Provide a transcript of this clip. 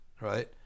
right